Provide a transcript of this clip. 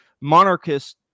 monarchist